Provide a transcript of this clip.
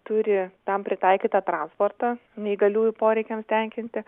turi tam pritaikytą transportą neįgaliųjų poreikiams tenkinti